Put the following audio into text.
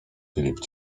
filip